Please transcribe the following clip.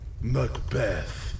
Macbeth